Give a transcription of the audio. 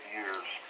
years